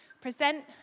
present